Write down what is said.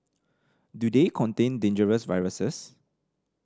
do they contain dangerous viruses